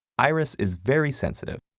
iris is very sensitive.